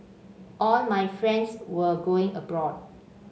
all my friends were going abroad